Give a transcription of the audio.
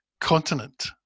continent